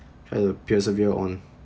per~ persevere on